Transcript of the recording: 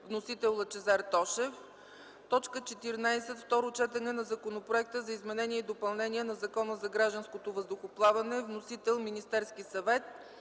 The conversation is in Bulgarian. (Вносител: Лъчезар Тошев.) 14. Второ четене на Законопроекта за изменение и допълнение на Закона за гражданското въздухоплаване. (Вносител:Министерският съвет.